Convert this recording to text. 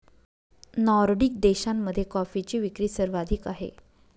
Nordic देशांमध्ये कॉफीची विक्री सर्वाधिक आहे